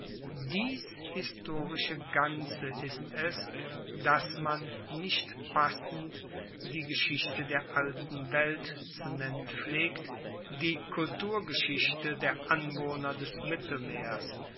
dies historische ganze ist es was man nicht passend die geschichte der alten welt zu nennen pflegt die kulturgeschichte der anwohner des mittelmeers